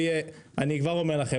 אני כבר אומר לכם,